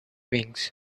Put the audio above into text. wings